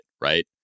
right